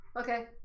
okay